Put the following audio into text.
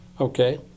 Okay